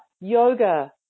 yoga